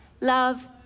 Love